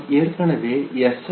நாம் ஏற்கனவே எஸ்